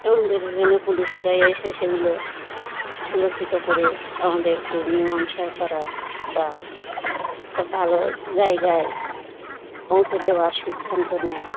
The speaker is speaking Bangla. আমাদের এখানে পুলিশরা এসে সেগুলো সুরক্ষিত করে আমাদেরকে মীমাংসা করার বা একটা ভালো জায়গায় পৌঁছে দেওয়ার সিদ্ধান্ত নেয়